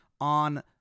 on